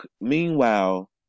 meanwhile